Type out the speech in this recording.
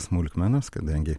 smulkmenos kadangi